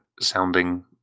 sounding